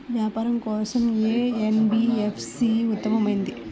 వ్యాపారం కోసం ఏ ఎన్.బీ.ఎఫ్.సి ఉత్తమమైనది?